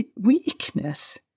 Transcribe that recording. weakness